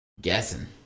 guessing